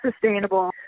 sustainable